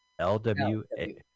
LWA